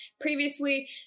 previously